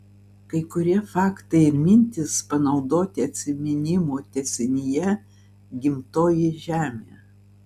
kai kurie faktai ir mintys panaudoti atsiminimų tęsinyje gimtoji žemė